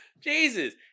Jesus